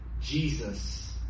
Jesus